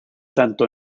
tanto